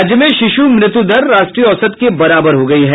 राज्य में शिशु मृत्यू दर राष्ट्रीय औसत के बराबर हो गयी है